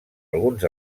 alguns